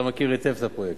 אתה מכיר היטב את הפרויקט.